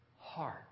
heart